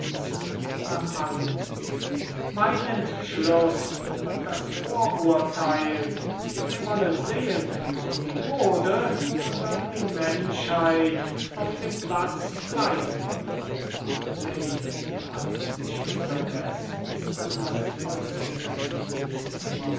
zerfallen ist mein entschluß und das vorurtheil wir wollen sehen ob die mode oder die menschheit auf dem platz bleiben wird lady